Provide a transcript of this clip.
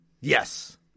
yes